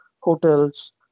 hotels